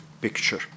picture